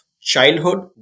childhood